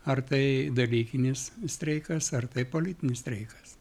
ar tai dalykinis streikas ar tai politinis streikas